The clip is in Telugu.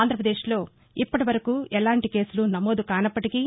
ఆంధ్రప్రదేశ్లో ఇప్పటివరకు ఎలాంటి కేసులు నమోదు కానప్పటికీ